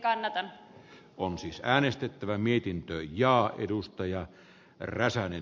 kannatan on siis äänestettävä mietintöön ja edustaja per räsänen